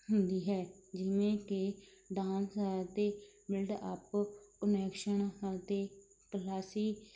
ਹੁੰਦੀ ਹੈ ਜਿਵੇਂ ਕਿ ਡਾਂਸ ਹੈ ਅਤੇ ਮਿਲਡ ਅਪ ਕਨੈਕਸ਼ਨ ਅਤੇ ਪਲਸੀ